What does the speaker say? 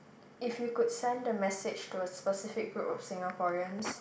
if you could send a message to a specific group of Singaporeans